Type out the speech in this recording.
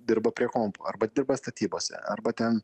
dirba prie kompo arba dirba statybose arba ten